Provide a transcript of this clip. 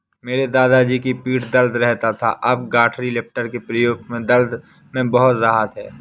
मेरे पिताजी की पीठ दर्द रहता था अब गठरी लिफ्टर के प्रयोग से दर्द में बहुत राहत हैं